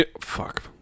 fuck